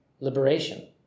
liberation